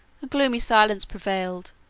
a gloomy silence prevailed,